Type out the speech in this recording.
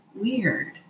weird